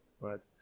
Right